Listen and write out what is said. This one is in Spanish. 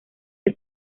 que